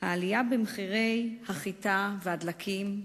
העלייה במחירי החיטה והדלקים,